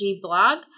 blog